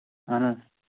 اَہن حظ